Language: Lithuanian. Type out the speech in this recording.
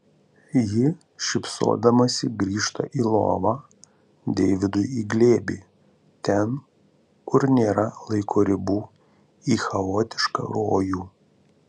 ji šypsodamasi grįžta į lovą deividui į glėbį ten kur nėra laiko ribų į chaotišką rojų